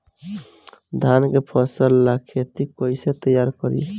धान के फ़सल ला खेती कइसे तैयार करी?